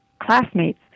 classmates